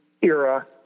era